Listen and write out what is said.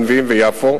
הנביאים ויפו.